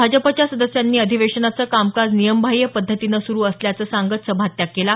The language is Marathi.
भाजपाच्या सदस्यांनी अधिवेशनाचं कामकाज नियमबाह्य पद्धतीनं सुरु असल्याचं म्हणत सभात्याग केला